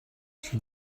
she